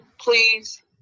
please